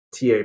TA